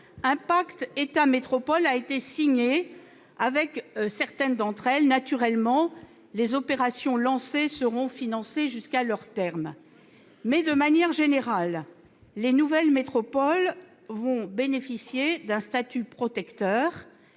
un pacte État-métropoles a été signé avec certaines d'entre elles. Naturellement, les opérations lancées seront financées jusqu'à leur terme. De manière générale, les nouvelles métropoles vont bénéficier d'un statut protecteur